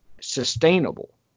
sustainable